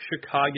chicago